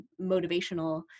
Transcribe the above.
motivational